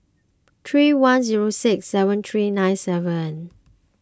three one zero six seven three nine seven